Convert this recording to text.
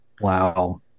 wow